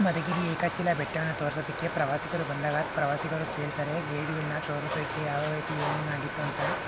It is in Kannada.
ಮಧುಗಿರಿ ಏಕಶಿಲಾ ಬೆಟ್ಟವನ್ನು ತೋರಿಸೋದಕ್ಕೆ ಪ್ರವಾಸಿಗರು ಬಂದಾಗ ಪ್ರವಾಸಿಗರು ಕೇಳ್ತಾರೆ ಗೈಡ್ಗಳನ್ನ ತೋರ್ಸೋಕ್ಕೆ ಯಾವ್ಯಾವ ರೀತಿ ಏನೇನಾಗಿತ್ತು ಅಂತ